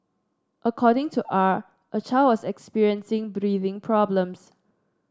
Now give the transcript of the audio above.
according to R a child was experiencing breathing problems